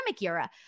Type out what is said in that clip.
era